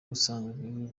busanzwe